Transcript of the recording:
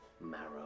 marrow